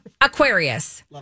Aquarius